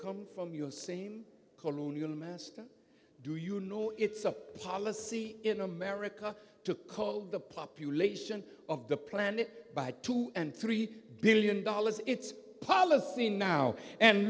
come from your same do you know it's a policy in america to call the population of the planet by two and three billion dollars it's policy now and